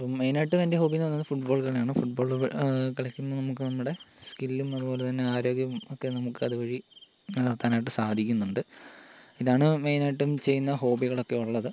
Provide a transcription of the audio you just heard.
അപ്പം മെയിനായിട്ടും എൻ്റെ ഹോബി എന്ന് പറയുന്നത് ഫുട്ബാൾ കളിയാണ് ഫുട്ബോള് കളിക്കുമ്പം നമുക്ക് നമ്മുടെ സ്കില്ലും അതുപോലെ തന്നെ ആരോഗ്യവും ഒക്കെ നമുക്ക് അതു വഴി നിലനിർത്താനായിട്ട് സാധിക്കുന്നുണ്ട് ഇതാണ് മെയിനായിട്ടും ചെയ്യുന്ന ഹോബികളൊക്കെ ഉള്ളത്